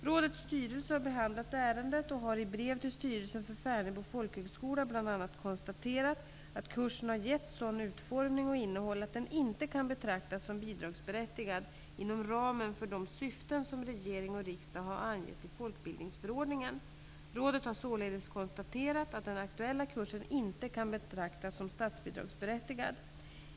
Rådets styrelse har behandlat ärendet och har i brev till styrelsen för Färnebo folkhögskola bl.a. konstaterat att kursen har getts sådan utformning och sådant innehåll att den inte kan betraktas som bidragsberättigad inom ramen för de syften som regering och riksdag har angett i folkbildningsförordningen. Rådet har således konstaterat att den aktuella kursen inte kan betraktas som statsbidragsberättigad.